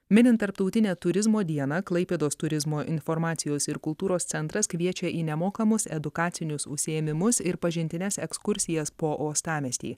minint tarptautinę turizmo dieną klaipėdos turizmo informacijos ir kultūros centras kviečia į nemokamus edukacinius užsiėmimus ir pažintines ekskursijas po uostamiestį